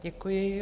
Děkuji.